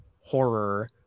horror